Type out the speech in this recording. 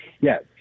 Yes